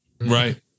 Right